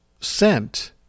sent